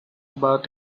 but